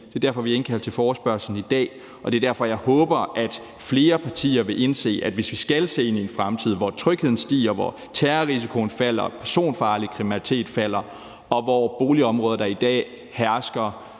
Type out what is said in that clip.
det er derfor, vi har indkaldt til forespørgslen i dag, og det er derfor, jeg håber, at flere partier vil indse, at hvis vi skal se ind i en fremtid, hvor trygheden stiger, hvor terrorrisikoen falder, hvor personfarlig kriminalitet falder, og hvor boligområder, hvor der i dag hersker